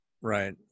Right